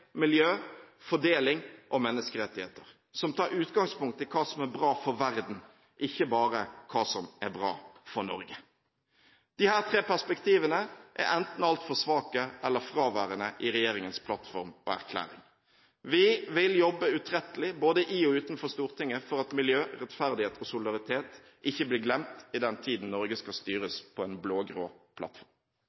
miljø, fordeling og menneskerettigheter, som tar utgangspunkt i hva som er bra for verden, ikke bare hva som er bra for Norge. Disse tre perspektivene er enten altfor svake eller fraværende i regjeringens plattform og erklæring. Vi vil jobbe utrettelig, både i og utenfor Stortinget, for at miljø, rettferdighet og solidaritet ikke blir glemt i den tiden Norge skal styres på en blå-grå plattform.